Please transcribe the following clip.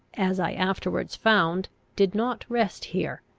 as i afterwards found, did not rest here,